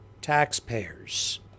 taxpayers